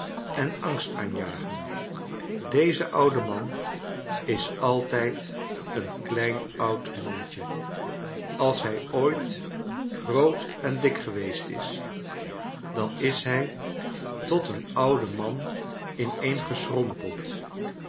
en angst aanjagen deze oude man is altijd een klein oud mannetje als hij ooit groot en dik geweest is dan is hij tot een ouden man ineengeschrompeld